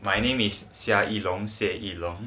my name is sia li long seh li long